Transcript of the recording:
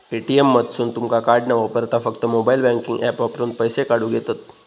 ATM मधसून तुमका card न वापरता फक्त मोबाईल बँकिंग ऍप वापरून पैसे काढूक येतंत